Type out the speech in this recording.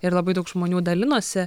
ir labai daug žmonių dalinosi